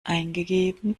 eingegeben